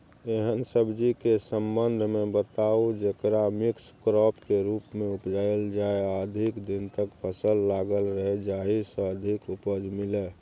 एहन सब्जी के संबंध मे बताऊ जेकरा मिक्स क्रॉप के रूप मे उपजायल जाय आ अधिक दिन तक फसल लागल रहे जाहि स अधिक उपज मिले?